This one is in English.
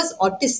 autistic